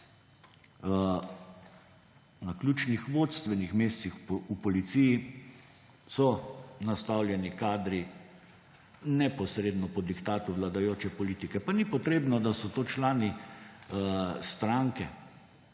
na ključnih vodstvenih mestih v policiji so nastavljeni kadri neposredno po diktatu vladajoče politike. Pa ni treba, da so to člani stranke,